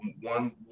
one